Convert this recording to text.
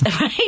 Right